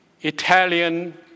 Italian